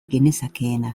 genezakeena